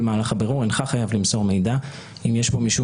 במהלך הבירור אינך חייב למסור מידע אם יש בו משום